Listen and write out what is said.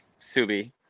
Subi